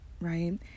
right